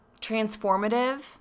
transformative